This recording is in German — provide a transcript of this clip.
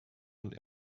und